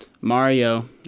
Mario